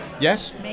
Yes